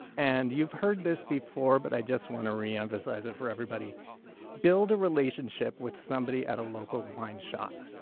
and you've heard this before, but i just want to reemphasize it for everybody build a relationship with somebody at a local wine shop.